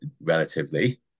relatively